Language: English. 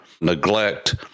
neglect